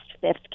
Fifth